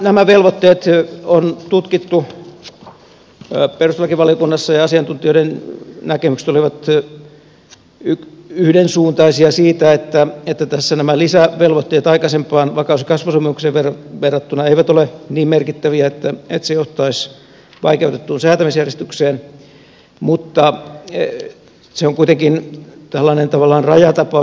nämä velvoitteet on tutkittu perustuslakivaliokunnassa ja asiantuntijoiden näkemykset olivat yhdensuuntaisia siitä että tässä nämä lisävelvoitteet aikaisempaan vakaus ja kasvusopimukseen verrattuna eivät ole niin merkittäviä että se johtaisi vaikeutettuun säätämisjärjestykseen mutta se on kuitenkin tavallaan rajatapaus